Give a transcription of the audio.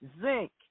Zinc